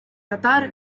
татар